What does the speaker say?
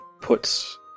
puts